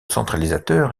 centralisateur